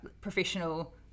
professional